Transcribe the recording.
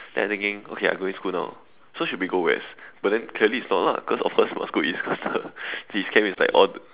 then I thinking okay I going school now so should be go West but then clearly it's not lah cause of course must go east faster his camp is all like all